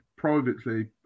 privately